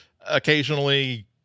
occasionally